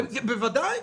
בוודאי.